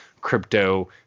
crypto